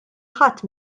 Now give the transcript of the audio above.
ħadd